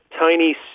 Tiny